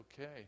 okay